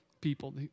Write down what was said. people